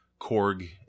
Korg